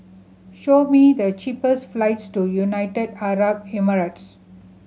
show me the cheapest flights to United Arab Emirates